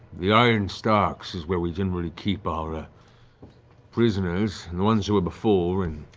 the iron stocks is where we generally keep our prisoners. the ones who were before and